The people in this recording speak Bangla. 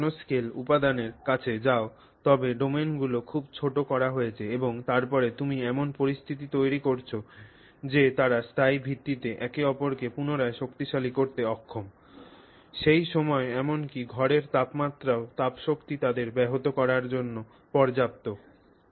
তুমি যদি ন্যানোস্কেল উপাদানের কাছে যাও তবে ডোমেনগুলি খুব ছোট করা হয়েছে এবং তারপরে তুমি এমন পরিস্থিতি তৈরি করেছ যে তারা স্থায়ী ভিত্তিতে একে অপরকে পুনরায় শক্তিশালী করতে অক্ষম সেই সময়ে এমনকি ঘরের তাপমাত্রায়ও তাপশক্তি তাদের ব্যাহত করার জন্য পর্যাপ্ত